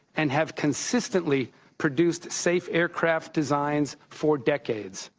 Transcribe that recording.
and have consistently produced safe aircraft designs for decades.